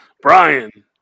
Brian